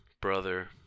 brother